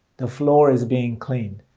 the floor is being cleaned.